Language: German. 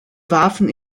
warfen